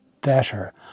better